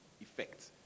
effect